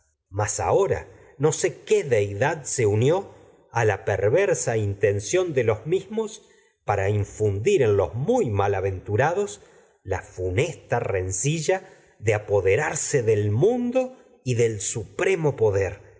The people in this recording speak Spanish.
casa ahora no sé qué deidad se unió dir la perversa los muy intención de los mismos para en malaventurados la funesta rencilla de apoderarse que del mando y del supremo en poder